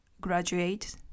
graduate